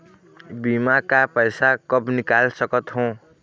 बीमा का पैसा कब निकाल सकत हो?